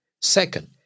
Second